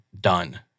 done